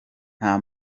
nta